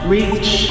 Reach